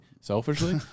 selfishly